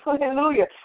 Hallelujah